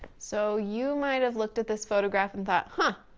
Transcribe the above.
so you might have looked at this photograph and thought huh!